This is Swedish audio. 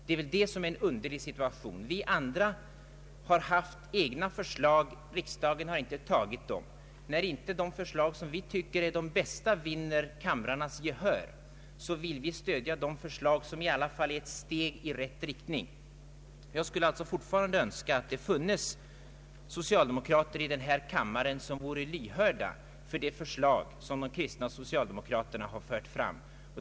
Det är väl det som är en underlig situation. Vi andra har haft egna förslag, men riksdagen har inte bifallit dem. När inte de förslag som vi tycker är de bästa vinner kamrarnas gehör, vill vi stödja de förslag som i alla fall är ett steg i rätt riktning. Jag skulle alltså fortfarande önska att det i denna kammare funnes socialdemokrater som vore lyhörda för de förslag som de kristna socialdemokraterna har fört fram.